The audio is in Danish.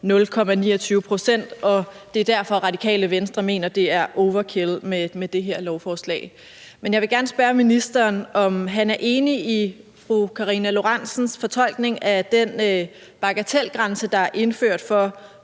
0,29 pct., og det er derfor, Radikale Venstre mener, at det er overkill med det her lovforslag. Men jeg vil gerne spørge ministeren, om han er enig i fru Karina Lorentzen Dehnhardts fortolkning af, at den bagatelgrænse, der er indført for,